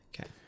Okay